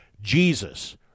Jesus